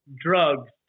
Drugs